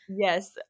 Yes